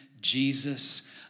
Jesus